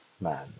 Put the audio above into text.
man